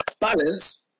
Balance